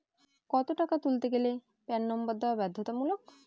কত টাকা তুলতে গেলে প্যান নম্বর দেওয়া বাধ্যতামূলক?